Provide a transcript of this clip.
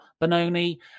Benoni